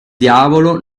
diavolo